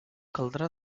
caldrà